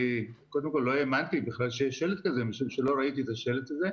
קודם כל לא האמנתי בכלל שיש שלט כזה משום שלא ראיתי את השלט הזה.